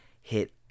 hit